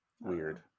weird